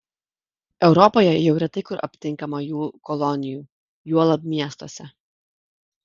europoje jau retai kur aptinkama jų kolonijų juolab miestuose